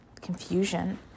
confusion